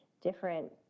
different